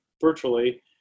virtually